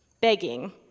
begging